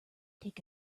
take